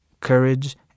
courage